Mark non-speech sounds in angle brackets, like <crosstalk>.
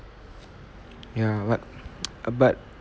ya but <noise> but